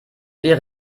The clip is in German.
wir